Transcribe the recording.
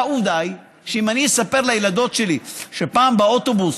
והעובדה היא שאם אני אספר לילדות שלי שפעם באוטובוס,